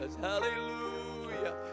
Hallelujah